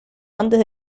antes